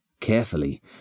Carefully